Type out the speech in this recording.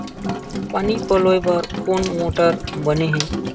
पानी पलोय बर कोन मोटर बने हे?